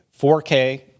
4K